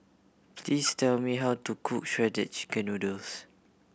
please tell me how to cook Shredded Chicken Noodles